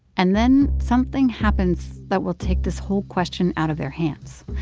and then something happens that we'll take this whole question out of their hands.